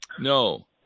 No